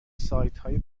سایتهای